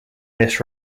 this